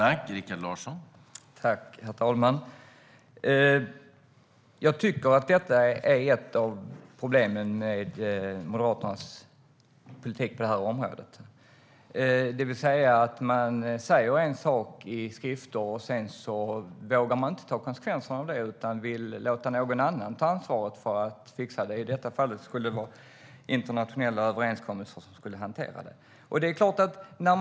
Herr talman! Jag tycker att detta är ett av problemen med Moderaternas politik på det här området. Man säger en sak i skrift, men sedan vågar man inte ta konsekvenserna av det utan vill låta någon annan ta ansvaret för att fixa det. I detta fall skulle det vara internationella överenskommelser som skulle hantera det.